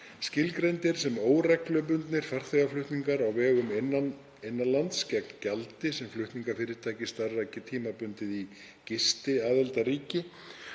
skilgreindir sem óreglubundnir farþegaflutningar á vegum innan lands gegn gjaldi sem flutningafyrirtæki starfrækir tímabundið í gistiaðildarríki